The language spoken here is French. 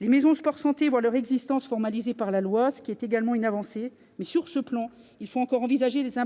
Les maisons sport-santé voient leur existence formalisée par la loi, ce qui est également une avancée. Mais, sur ce plan, il faut encore envisager des